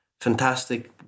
fantastic